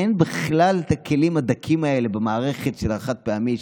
אין בכלל את הכלים הדקים האלה במערכת של החד-פעמי,